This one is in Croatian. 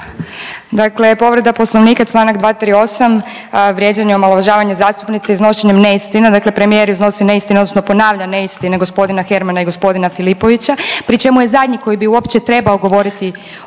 Dakle, povreda poslovnika čl. 238. vrijeđanje i omalovažavanje zastupnice iznošenjem neistina. Dakle, premijer iznosi neistine odnosno ponavlja neistine g. Hermana i g. Filipovića pri čemu je zadnji koji bi uopće trebao govoriti